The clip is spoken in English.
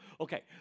Okay